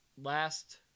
last